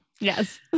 Yes